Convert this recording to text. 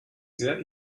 sehr